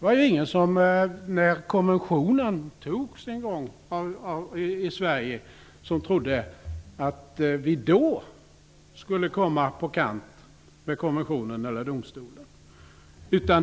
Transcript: När konventionen en gång antogs i Sverige var det ingen som trodde att vi skulle komma på kant med konventionen eller domstolen.